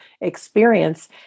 experience